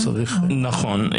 נכון.